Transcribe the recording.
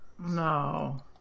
No